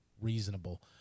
reasonable